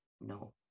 no